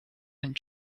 and